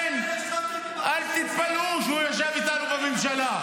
-- הלוחמים הדרוזים --- לכן אל תתפלאו שהוא ישב איתנו בממשלה.